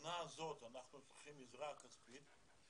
שאנחנו מדברים על כמה סוגי עולים, לא סוגים,